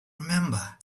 remember